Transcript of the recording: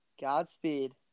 Godspeed